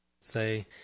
say